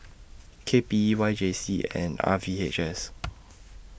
K P E Y J C and R V H S